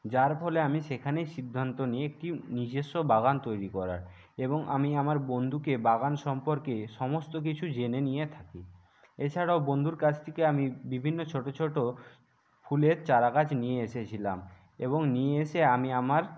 যার ফলে আমি সেখানেই সিদ্ধান্ত নিই একটি নিজেস্ব বাগান তৈরি করার এবং আমি আমার বন্ধুকে বাগান সম্পর্কে সমস্ত কিছু জেনে নিয়ে থাকি এছাড়াও বন্ধুর কাছ থেকে আমি বিভিন্ন ছোটো ছোটো ফুলের চারা গাছ নিয়ে এসেছিলাম এবং নিয়ে এসে আমি আমার